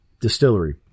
Distillery